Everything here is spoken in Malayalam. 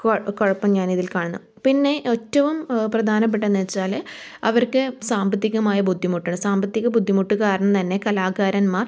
കൊ കുഴപ്പം ഞാനിതിൽ കാണുന്നേ പിന്നെ ഏറ്റവും പ്രധാനപ്പെട്ട എന്താന്ന് വെച്ചാല് അവർക്ക് സാമ്പത്തികമായ ബുദ്ധിമുട്ടിണ്ട് സാമ്പത്തിക ബുദ്ധിമുട്ട് കാരണം തന്നെ കലാകാരന്മാർ